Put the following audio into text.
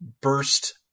burst